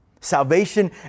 Salvation